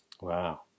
Wow